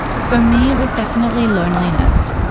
for me it was definitely loneliness.